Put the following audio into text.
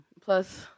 plus